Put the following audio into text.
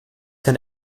kein